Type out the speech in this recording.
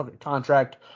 contract